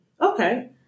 Okay